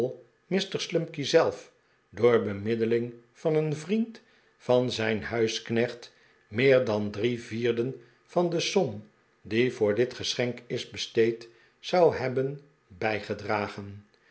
honourable mr slumkey zelf door bemiddeling van een vriend van zijn huisknecht meer dan drie vierden van de som die voor dit geschenk is besteed zou hebben bijgedragen